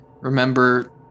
Remember